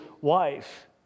wife